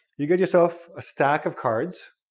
you get yourself a stack of cards,